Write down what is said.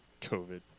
COVID